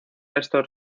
estos